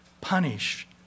punish